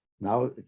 Now